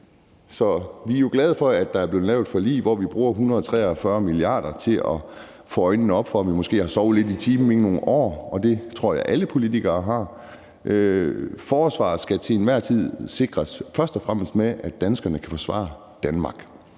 Vi er jo glade for, at der er blevet lavet et forlig, hvor vi bruger 143 mia. kr. – vi har fået øjnene op for, at vi måske har sovet lidt i timen i nogle år, og det tror jeg alle politikere har. Forsvaret skal til enhver tid sikres, først og fremmest så danskerne kan forsvare Danmark.